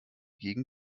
gegen